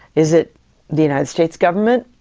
is it the united states government,